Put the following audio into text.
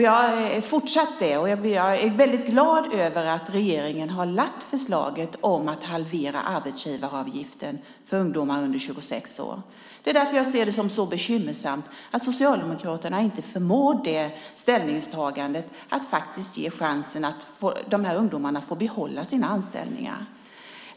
Jag är fortsatt det, och jag är väldigt glad över att regeringen har lagt fram förslaget att halvera arbetsgivaravgiften för ungdomar under 26 år. Det är därför jag ser det som så bekymmersamt att Socialdemokraterna inte förmår göra ställningstagandet att faktiskt ge de här ungdomarna chansen att få behålla sina anställningar.